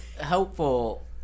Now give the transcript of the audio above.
helpful